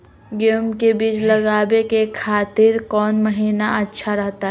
गेहूं के बीज लगावे के खातिर कौन महीना अच्छा रहतय?